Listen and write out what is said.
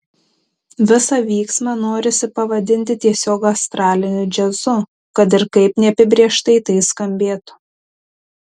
visą vyksmą norisi pavadinti tiesiog astraliniu džiazu kad ir kaip neapibrėžtai tai skambėtų